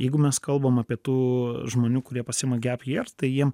jeigu mes kalbam apie tų žmonių kurie pasiima gap year tai jiem